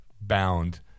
bound